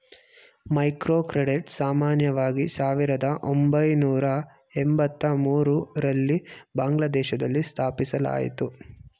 microcredit ಸಾಮಾನ್ಯವಾಗಿ ಸಾವಿರದ ಒಂಬೈನೂರ ಎಂಬತ್ತಮೂರು ರಲ್ಲಿ ಬಾಂಗ್ಲಾದೇಶದಲ್ಲಿ ಸ್ಥಾಪಿಸಲಾಯಿತು